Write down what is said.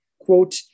quote